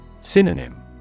Synonym